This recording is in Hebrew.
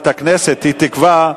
היא יכולה,